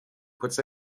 puts